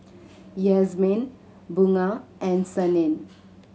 Yasmin Bunga and Senin